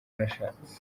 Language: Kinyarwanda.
nashatse